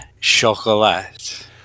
chocolate